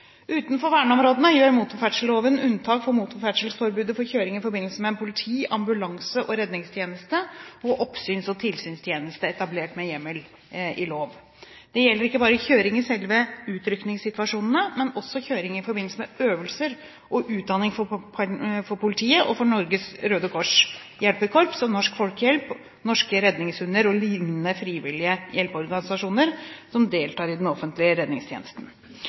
Utenfor verneområdene gjør motorferdselloven unntak for motorferdselforbudet for kjøring i forbindelse med «politi-, ambulanse- og redningstjeneste og oppsyns- og tilsynstjeneste etablert med hjemmel i lov». Dette gjelder ikke bare kjøring i selve utrykningssituasjonene, men også kjøring i forbindelse med øvelser og utdanning for politiet og for Norges Røde Kors Hjelpekors, Norsk Folkehjelp, Norske Redningshunder og lignende frivillige hjelpeorganisasjoner som deltar i den offentlige redningstjenesten.